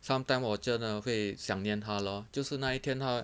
sometime 我真的会想念他 lor 就是那一天他